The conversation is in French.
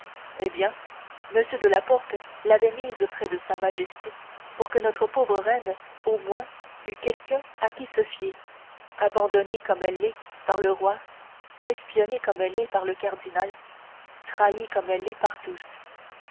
eh bien m de la porte l'avait mise près de sa majesté pour que notre pauvre reine au moins eût quelqu'un à qui se fier abandonnée comme elle l'est par le roi espionnée comme elle l'est par le cardinal trahie comme elle l'est par tous